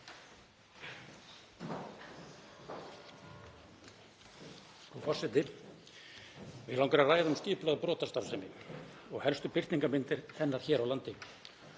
Forseti. Mig langar að ræða um skipulagða brotastarfsemi og helstu birtingarmyndir hennar hér á landi.